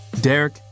Derek